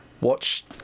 watch